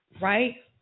right